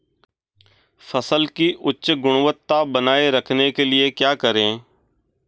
फसल की उच्च गुणवत्ता बनाए रखने के लिए क्या करें?